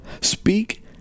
Speak